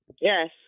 Yes